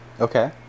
Okay